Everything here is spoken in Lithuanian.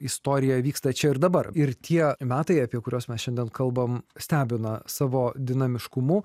istorija vyksta čia ir dabar ir tie metai apie kuriuos mes šiandien kalbam stebina savo dinamiškumu